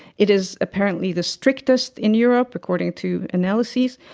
it is apparently the strictest in europe according to analyses.